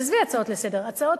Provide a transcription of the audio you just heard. עזבי הצעות לסדר-היום,